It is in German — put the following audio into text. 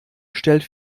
stellt